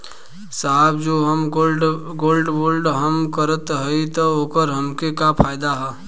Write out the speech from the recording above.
साहब जो हम गोल्ड बोंड हम करत हई त ओकर हमके का फायदा ह?